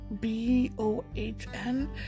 B-O-H-N